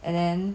and then